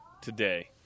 today